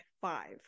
five